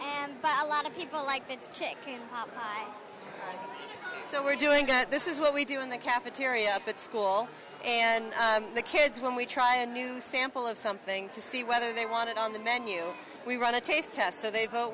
and by a lot of people like chicken so we're doing this is what we do in the cafeteria at school and the kids when we try a new sample of something to see whether they want it on the menu we run a taste test so they vote